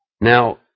Now